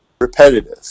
Repetitive